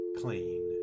clean